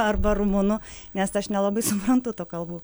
arba rumunų nes aš nelabai suprantu tų kalbų